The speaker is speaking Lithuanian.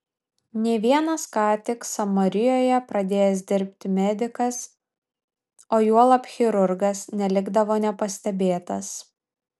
nė vienas ką tik samarijoje pradėjęs dirbti medikas o juolab chirurgas nelikdavo nepastebėtas